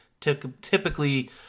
typically